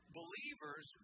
believers